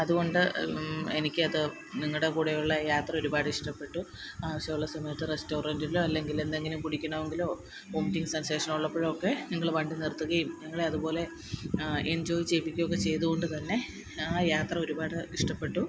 അതുകൊണ്ട് എനിക്ക് അത് നിങ്ങളുടെ കൂടെയുള്ള യാത്ര ഒരുപാട് ഇഷ്ടപ്പെട്ടു ആവിശ്യമുള്ള സമയത്ത് റെസ്റ്റോറന്റിലോ അല്ലെങ്കിൽ എന്തെങ്കിലും കുടിക്കണമെങ്കിലോ വൊമിറ്റിംഗ് സെന്സേഷൻ ഉള്ളപ്പോഴൊക്കെ നിങ്ങൾ വണ്ടി നിര്ത്തുകയും ഞങ്ങളെ അതുപോലെ എന്ജോയ് ചെയ്യിപ്പിക്കുകയുമൊക്കെ ചെയ്തത് കൊണ്ട് തന്നെ ആ യാത്ര ഒരുപാട് ഇഷ്ടപ്പെട്ടു